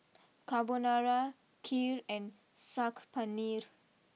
Carbonara Kheer and Saag Paneer